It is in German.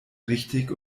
richtig